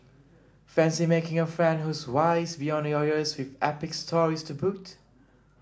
fancy making a friend who's wise beyond your years with epic stories to boot